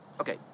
Okay